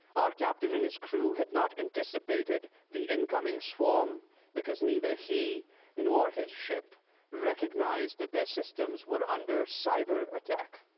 our captain and his crew had not anticipated the incoming swarm because neither he nor his ship recognized that their systems were under cyber attack.